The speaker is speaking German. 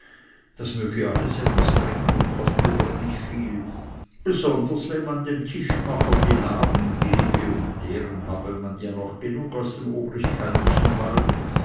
das möge alles etwas bringen und koste doch nicht viel besonders wenn man dem tischmacher die laden gebe und deren habe man ja noch genug aus dem oberkeitlichen wald